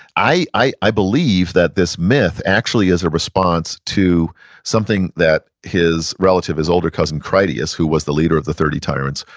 i i believe that this myth actually is a response to something that his relative, his older cousin critias, who was the leader of the thirty tyrants,